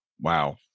wow